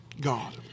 God